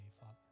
Father